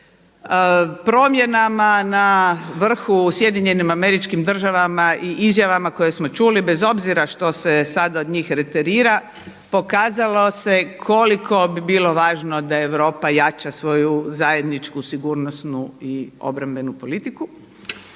Promjenama na vrhu u SAD-u i izjavama koje smo čuli bez obzira što se sada od njih reterira pokazalo se koliko bi bilo važno da Europa jača svoju zajedničku sigurnosnu i obrambenu politiku.